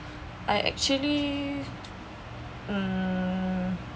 I actually um